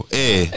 Hey